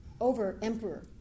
over-emperor